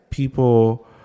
People